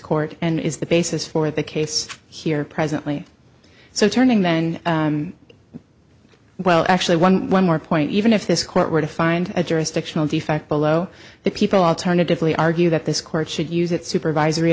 court and is the basis for the case here presently so turning then well actually one one more point even if this court were to find a jurisdictional defect below the people alternatively argue that this court should use its supervisory